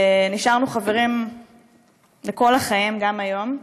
נשארנו חברים לכל החיים, גם היום,